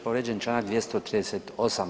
Povrijeđen je Članak 238.